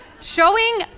showing